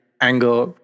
anger